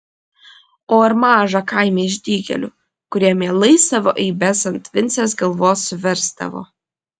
o ar maža kaime išdykėlių kurie mielai savo eibes ant vincės galvos suversdavo